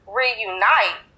reunite